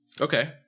Okay